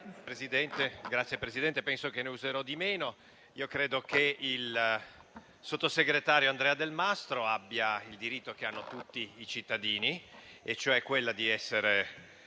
Signor Presidente, penso che ne userò di meno. Credo che il sottosegretario Andrea Delmastro abbia il diritto che hanno tutti i cittadini e cioè quello di avere